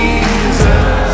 Jesus